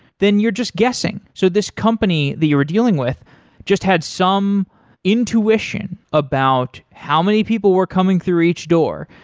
then you're just guessing. so this company that you are dealing with just had some intuition about how many people were coming through each door,